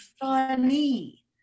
funny